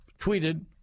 tweeted